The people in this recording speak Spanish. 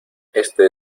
este